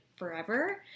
forever